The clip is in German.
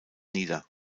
nieder